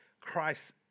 Christ